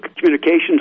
communications